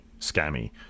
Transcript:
scammy